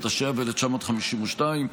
התשי"ב 1952,